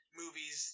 movies